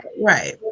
Right